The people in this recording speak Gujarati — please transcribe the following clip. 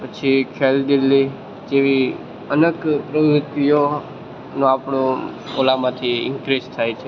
પછી ખેલદીલી જેવી અનેક પ્રવૃતિઓનો આપણું ઓલામાંથી ઇન્ક્રિઝ થાય છે